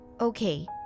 Okay